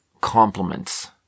compliments